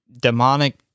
demonic